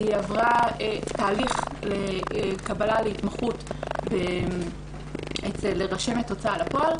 עברה תהליך קבלה להתמחות אצל רשמת הוצאה לפועל.